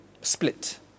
split